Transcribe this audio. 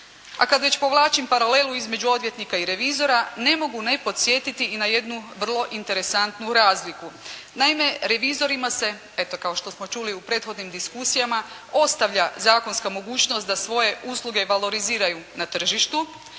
A kad već povlačim paralelu između odvjetnika i revizora ne mogu ne podsjetiti i na jednu vrlo interesantnu razliku. Naime, revizorima se, eto kao što smo čuli u prethodnim diskusijama ostavlja zakonska mogućnost da svoje usluge valoriziraju na tržištu,